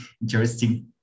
interesting